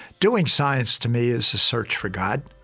doing science to me is a search for god,